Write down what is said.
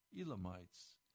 Elamites